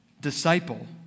disciple